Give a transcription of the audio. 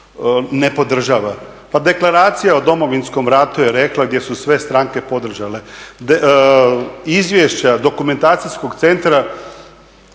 ne podržava. Pa deklaracija o Domovinskom ratu je rekla, gdje su sve stranke podržale, izvješće Dokumentacijskog centra,